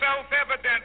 self-evident